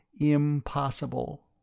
Impossible